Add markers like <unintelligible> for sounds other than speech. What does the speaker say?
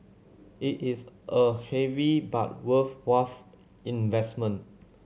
it is a heavy but worth <unintelligible> investment